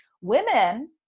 Women